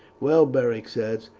well, beric said,